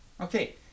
Okay